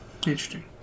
Interesting